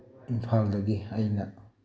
ꯏꯝꯐꯥꯜꯗꯒꯤ ꯑꯩꯅ